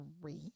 three